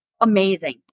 amazing